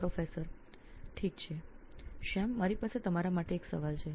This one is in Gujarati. પ્રાધ્યાપક ઠીક છે શ્યામ મારી પાસે આપના માટે એક સવાલ છે